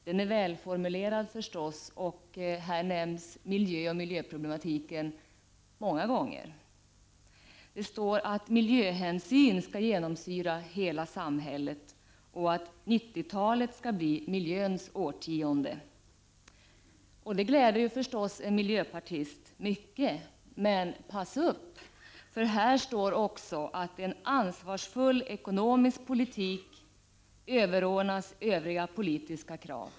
Den är förstås välformulerad, och här nämns miljö och miljöproblematik många gånger. Det står att ”miljöhänsyn skall genomsyra hela samhället” och att ”90-talet skall bli miljöns årtionde”. Det gläder förstås en miljöpartist mycket, men pass upp! Det står också att ”en ansvarsfull ekonomisk politik överordnas övriga politiska krav”.